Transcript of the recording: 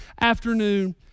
afternoon